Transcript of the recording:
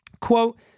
quote